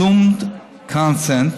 presumed consent,